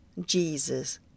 Jesus